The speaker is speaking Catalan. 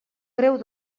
greu